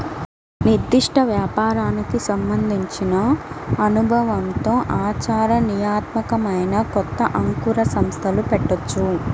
నిర్దిష్ట వ్యాపారానికి సంబంధించిన అనుభవంతో ఆచరణీయాత్మకమైన కొత్త అంకుర సంస్థలు పెట్టొచ్చు